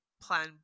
plan